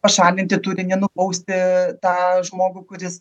pašalinti turinį nubausti tą žmogų kuris